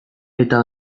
eta